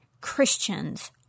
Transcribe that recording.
Christians